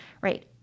right